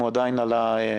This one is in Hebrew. אם הוא עדיין על הקו,